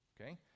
Okay